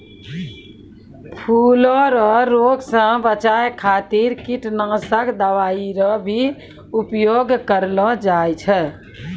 फूलो रो रोग से बचाय खातीर कीटनाशक दवाई रो भी उपयोग करलो जाय छै